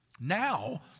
Now